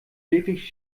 wirklich